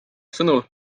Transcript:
sõnul